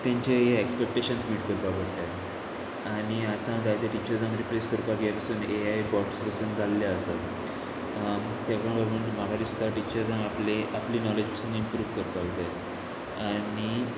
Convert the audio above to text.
तेंचे हे expectations meet करपा पडटा आनी आतां जायते टिचर्सांक रिप्लेस करपाक येया पासून ए आय बॉट्स पसून जाल्ले आसात तेका व्हरून म्हाका दिसता टिचर्सांक आपली आपली नॉलेज पासून इम्प्रूव करपाक जाय आनी